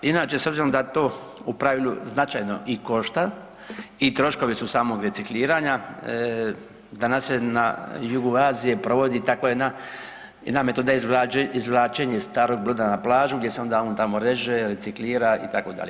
Inače s obzirom da to u pravilu značajno i košta i troškovi su samog recikliranja danas se na jugu Azije provodi takva jedna, jedna metoda izvlačenja starog broda na plažu gdje se onda on tamo reže, reciklira itd.